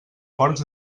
porcs